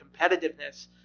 competitiveness